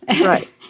Right